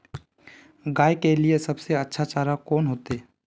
गाय के लिए सबसे अच्छा चारा कौन होते?